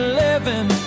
living